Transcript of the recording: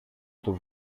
του